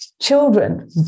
children